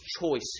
choice